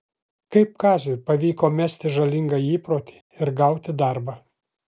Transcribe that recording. kaip kaziui pavyko mesti žalingą įprotį ir gauti darbą